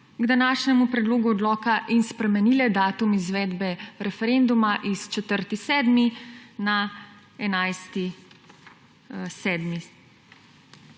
k današnjemu predlogu odloka in spremenile datum izvedbe referenduma s 4. 7. na 11. 7.